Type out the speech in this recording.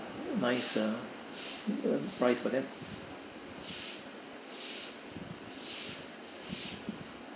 nice uh price for them